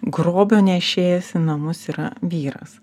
grobio nešėjas į namus yra vyras